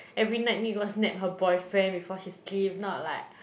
every night need go snap her boyfriend before she sleep if not like